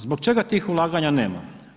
Zbog čega tih ulaganja nema?